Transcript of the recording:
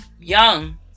Young